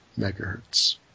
megahertz